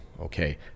okay